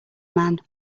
man